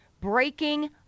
breaking